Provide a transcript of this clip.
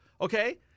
okay